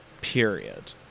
period